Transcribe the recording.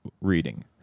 Reading